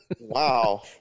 wow